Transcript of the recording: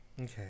Okay